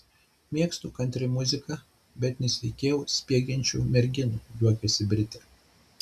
mėgstu kantri muziką bet nesitikėjau spiegiančių merginų juokiasi britė